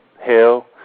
Hell